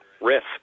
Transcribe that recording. risk